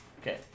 Okay